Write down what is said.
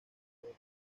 otros